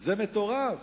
זה מטורף,